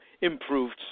improved